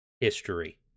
history